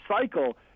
cycle